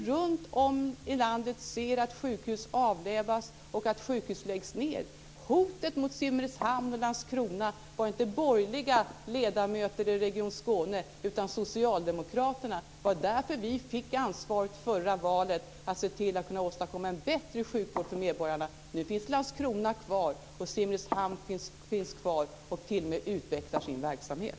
Runtom i landet ser vi att sjukhus avlövas och läggs ned. Hotet mot Simrishamn och Landskrona var inte borgerliga ledamöter i Region Skåne, utan hotet var Socialdemokraterna. Det var ju därför som vi i förra valet fick ansvaret för att se till att åstadkomma en bättre sjukvård för medborgarna. Nu finns Landskrona kvar, och Simrishamn finns också kvar och utvecklar t.o.m. sin verksamhet.